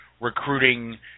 recruiting